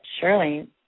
surely